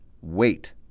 wait